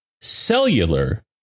cellular